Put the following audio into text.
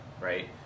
right